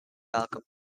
malcolm